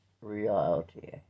reality